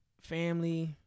Family